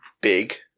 big